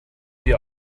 sie